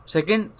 Second